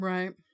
Right